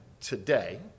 today